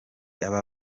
aba